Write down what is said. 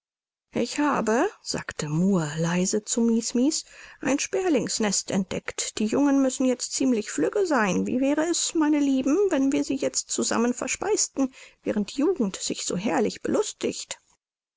ich habe sagte murr leise zu mies mies ein sperlingsnest entdeckt die jungen müssen jetzt ziemlich flügge sein wie wäre es meine liebe wenn wir sie jetzt zusammen verspeisten während die jugend sich so herrlich belustigt